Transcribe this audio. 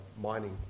mining